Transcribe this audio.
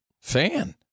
fan